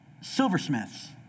silversmiths